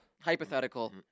Hypothetical